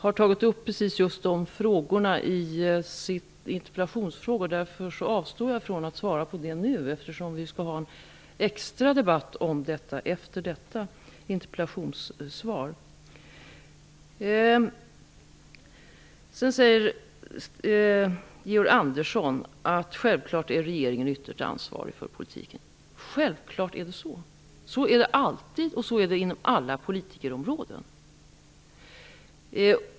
Fru talman! Claus Zaar har tagit upp precis dessa frågor i sin interpellation, och jag avstår från att besvara dem nu, eftersom vi får en diskussion om just detta efter denna interpellationsdebatt. Georg Andersson säger att regeringen ytterst är ansvarig för politiken. Så är det självfallet alltid och inom alla politikens områden.